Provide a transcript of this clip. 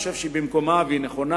אני חושב שהיא במקומה, והיא נכונה,